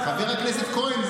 חבר הכנסת כהן,